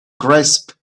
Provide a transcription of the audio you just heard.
grasp